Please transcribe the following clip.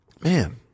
man